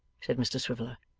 said mr swiveller.